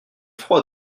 froid